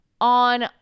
On